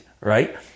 right